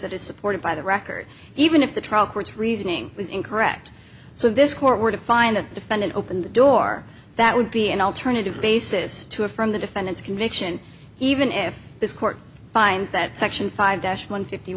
that is supported by the record even if the trial court's reasoning was incorrect so this court were to find the defendant open the door that would be an alternative basis to affirm the defendant's conviction even if this court finds that section five desh one fifty